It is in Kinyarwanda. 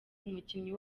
umukinnyi